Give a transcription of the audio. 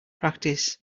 practice